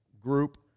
group